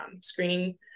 screening